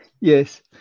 yes